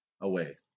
away